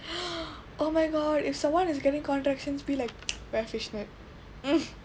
oh my god if someone is getting contractions be like wear fish net mm